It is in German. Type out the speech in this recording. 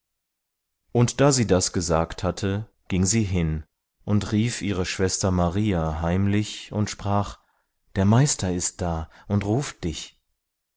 und da sie das gesagt hatte ging sie hin und rief ihre schwester maria heimlich und sprach der meister ist da und ruft dich